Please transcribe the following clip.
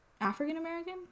african-american